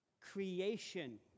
creation